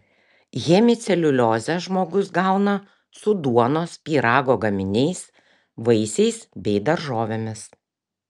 hemiceliuliozę žmogus gauna su duonos pyrago gaminiais vaisiais bei daržovėmis